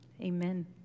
Amen